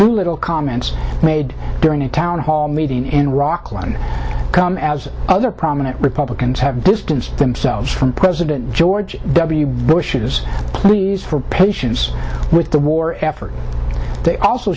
little comments made during a town hall meeting in rockland come as other prominent republicans have distanced themselves from president george w bush's pleas for patience with the war effort